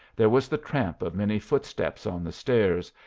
there was the tramp of many footsteps on the stairs,